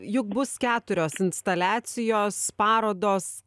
juk bus keturios instaliacijos parodos